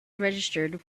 registered